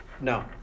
No